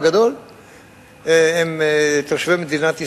הם תושבי מדינת ישראל,